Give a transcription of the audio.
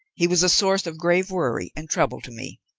he was a source of grave worry and trouble to me.